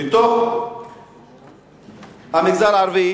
בתוך המגזר הערבי